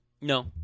No